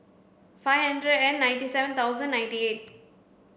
five hundred and ninety seven thousand ninety eight